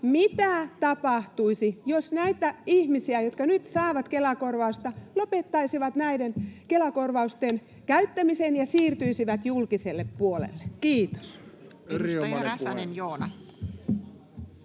mitä tapahtuisi, jos nämä ihmiset, jotka nyt saavat Kela-korvausta, lopettaisivat näiden Kela-korvausten käyttämisen ja siirtyisivät julkiselle puolelle? — Kiitos.